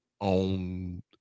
on